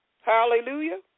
Hallelujah